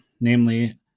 namely